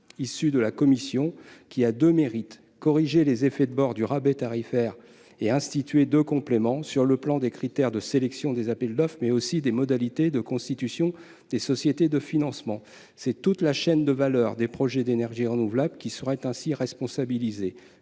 issu de la commission, qui a deux mérites : corriger les effets de bord du rabais tarifaire et instituer deux compléments, sur les critères de sélection des appels d'offres et sur les modalités de constitution des sociétés de financement. C'est toute la chaîne de valeur des projets d'énergies renouvelables qui serait ainsi responsabilisée